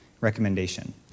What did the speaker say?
recommendation